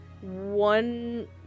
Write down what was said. one